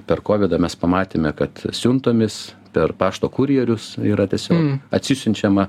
per kovidą mes pamatėme kad siuntomis per pašto kurjerius yra tiesiog atsisiunčiama